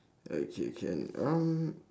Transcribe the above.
okay can around